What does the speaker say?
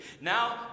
Now